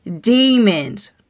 demons